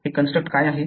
हे कंस्ट्रक्ट काय आहे